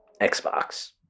Xbox